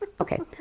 Okay